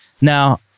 Now